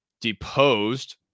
deposed